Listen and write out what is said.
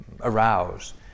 arouse